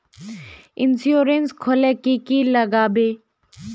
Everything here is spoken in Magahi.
इंश्योरेंस खोले की की लगाबे?